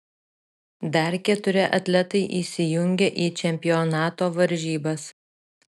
dar keturi atletai įsijungia į čempionato varžybas